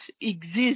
exist